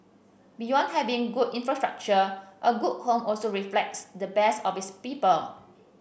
beyond having good infrastructure a good home also reflects the best of its people